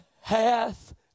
hath